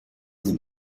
vous